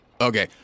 okay